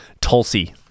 Tulsi